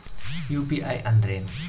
UPI ಅಂದ್ರೇನು?